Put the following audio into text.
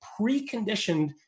preconditioned